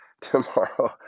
Tomorrow